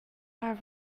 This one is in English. are